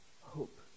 hope